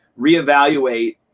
reevaluate